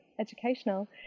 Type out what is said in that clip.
educational